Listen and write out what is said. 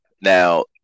Now